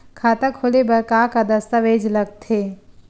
खाता खोले बर का का दस्तावेज लगथे?